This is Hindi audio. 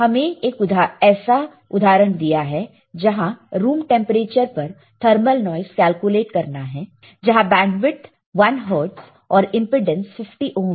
हमें एक ऐसा उदाहरण दिया है जहां हमें रूम टेंपरेचर पर थर्मल नॉइस कैलकुलेट करना है जहां बैंडविथ 1 हर्ट्ज़ और इंपेडेंस 50 ओहम है